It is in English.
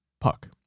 puck